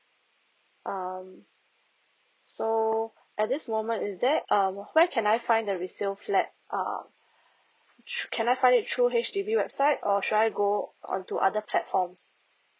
um so at this moment is there um where can I find the resale flat err can I find it through H_D_B website or should I go on to other platforms